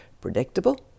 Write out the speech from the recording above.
predictable